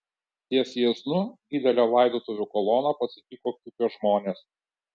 ties jieznu didelę laidotuvių koloną pasitiko kiukio žmonės